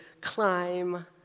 climb